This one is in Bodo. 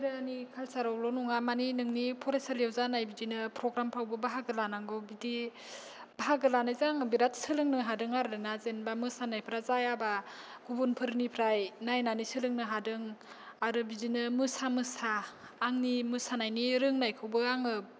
बायरानि काल्चारावल' नङा मानि नोंनि फरायसालियाव जानाय बिदिनो प्रग्रामफ्रावबो बाहागो लानांगौ बिदि बाहागो लानायजों आङो बिराथ सोलोंनो हादों आरो ना जेनेबा मोसानायफ्रा जायाबा गुबुनफोरनिफ्राय नायनानै सोलोंनो हादों आरो बिदिनो मोसा मोसा आंनि मोसानायनि रोंनायखौबो आङो